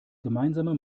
gemeinsame